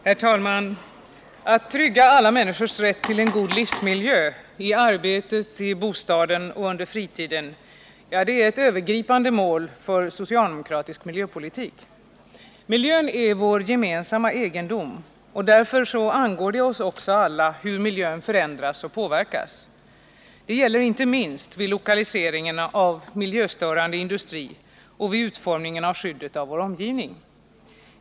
Herr talman! Att trygga alla människors rätt till en god livsmiljö — i arbetet, i bostaden och under fritiden — är ett övergripande mål för socialdemokratisk miljöpolitik. Miljön är vår gemensamma egendom. Därför angår det oss också alla hur miljön förändras och påverkas. Det gäller inte minst vid lokalisering av miljöstörande industri och vid utformningen av skyddet av vår omgivning.